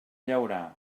llaurà